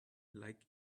like